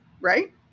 right